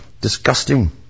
disgusting